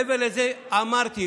מעבר לזה אמרתי,